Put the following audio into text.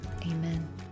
amen